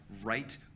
right